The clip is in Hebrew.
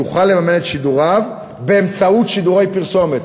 יוכל לממן את שידוריו באמצעות שידורי פרסומת,